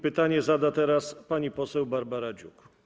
Pytanie zada teraz pani poseł Barbara Dziuk.